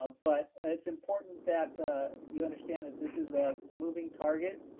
ah but it's important that you understand that this is a moving target